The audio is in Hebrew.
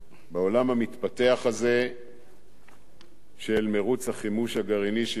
בעולם המתפתח הזה של מירוץ החימוש הגרעיני של אירן,